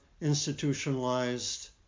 institutionalized